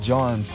John